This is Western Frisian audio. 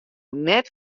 net